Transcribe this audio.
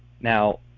Now